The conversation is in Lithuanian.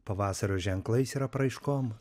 pavasario ženklais ir apraiškom